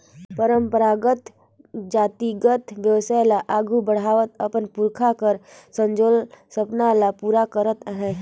परंपरागत जातिगत बेवसाय ल आघु बढ़ावत अपन पुरखा कर संजोल सपना ल पूरा करत अहे